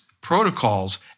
protocols